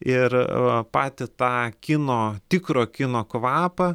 ir patį tą kino tikro kino kvapą